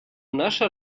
наша